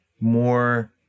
more